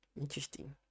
Interesting